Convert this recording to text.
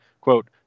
quote